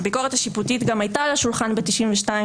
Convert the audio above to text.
הביקורת השיפוטית גם הייתה על השולחן ב-1992,